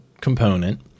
component